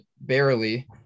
barely